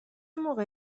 موقع